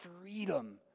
freedom